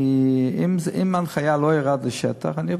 אם ההנחיה לא ירדה לשטח, אני אבדוק.